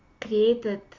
created